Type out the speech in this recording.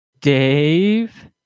Dave